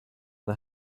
and